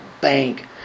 bank